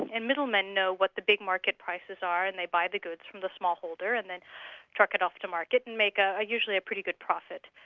and middlemen know what the big market prices are and they buy the goods from the smallholder, and then truck it off to market, and make a usually pretty good profit.